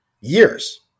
years